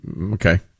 Okay